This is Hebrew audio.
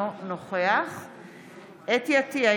אינו נוכח חוה אתי עטייה,